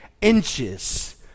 inches